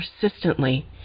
persistently